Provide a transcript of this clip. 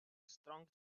strong